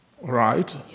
Right